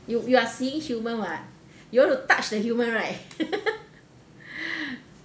you you are seeing human [what] you want to touch the human right